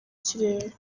kirere